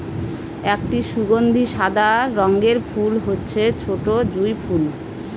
একটি সুগন্ধি সাদা রঙের ফুল হচ্ছে ছোটো জুঁই ফুল